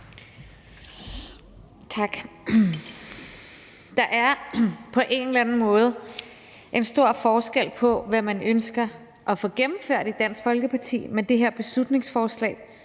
Tak. Der er på en eller anden måde en stor forskel på, hvad man ønsker at få gennemført i Dansk Folkeparti med det her beslutningsforslag,